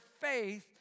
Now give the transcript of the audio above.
faith